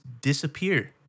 disappear